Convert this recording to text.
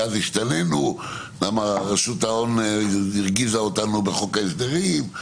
מאז השתנינו כי רשות ההון הרגיזה אותנו בחוק ההסדרים,